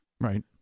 Right